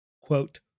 quote